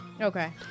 Okay